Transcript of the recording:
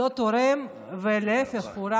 לא תורם ולהפך, רק